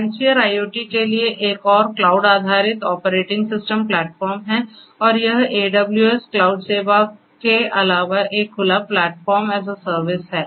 MindSphere IoT के लिए एक और क्लाउड आधारित ऑपरेटिंग सिस्टम प्लेटफॉर्म है और यह AWS क्लाउड सेवा के अलावा एक खुला प्लेटफ़ॉर्म एस ए सर्विस है